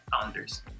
founders